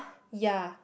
yea